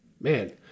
man